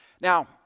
Now